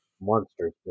monsters